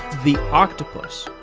the octopus,